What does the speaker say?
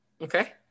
Okay